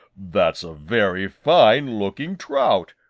that's a very fine looking trout.